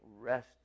rest